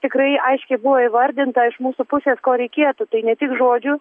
tikrai aiškiai buvo įvardinta iš mūsų pusės ko reikėtų tai ne tik žodžių